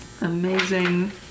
Amazing